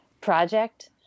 project